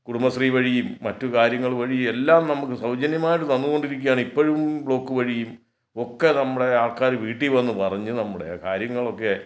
കുടുംബശ്രീ വഴിയും മറ്റു കാര്യങ്ങൾ വഴിയെല്ലാം നമുക്ക് സൗജന്യമായിട്ട് തന്നു കൊണ്ടിരിക്കുകയാണ് ഇപ്പോഴും ബ്ലോക്ക് വഴിയും ഒക്കെ നമ്മളെ ആൾക്കാർ വീട്ടിൽ വന്നു പറഞ്ഞ് നമ്മുടെ കാര്യങ്ങളൊക്കെ